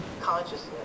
consciousness